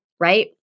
right